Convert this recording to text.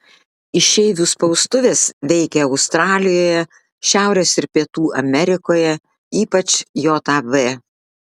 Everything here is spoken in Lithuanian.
išeivių spaustuvės veikė australijoje šiaurės ir pietų amerikoje ypač jav